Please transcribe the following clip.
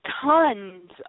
tons